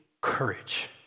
courage